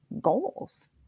goals